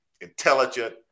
intelligent